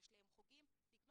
יש להם חוגים,